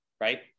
right